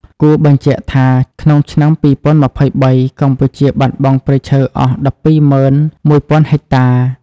គួរបញ្ជាក់ថា ក្នុងឆ្នាំ២០២៣ កម្ពុជាបាត់បង់ព្រៃឈើអស់១២ម៉ឹន១ពាន់ហិកតា។